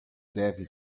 deve